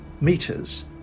meters